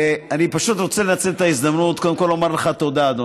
אני פשוט רוצה לנצל את ההזדמנות קודם כול לומר לך תודה,